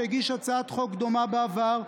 שהגיש הצעת חוק דומה בעבר,